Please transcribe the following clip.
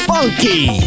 Funky